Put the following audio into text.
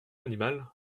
animal